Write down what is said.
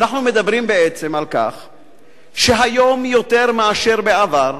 אנחנו מדברים בעצם על כך שהיום, יותר מאשר בעבר,